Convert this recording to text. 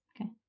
okay